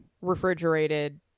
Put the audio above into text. refrigerated